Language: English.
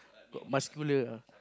got muscular ah